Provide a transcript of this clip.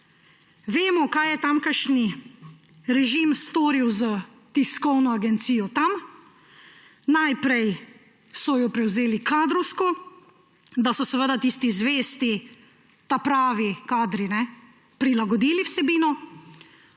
Vemo, kaj je tamkajšnji režim tam storil s tiskovno agencijo. Najprej so jo prevzeli kadrovsko, da so tisti zvesti, ta pravi kadri prilagodili vsebino,